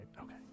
Okay